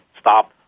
stop